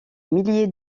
milliers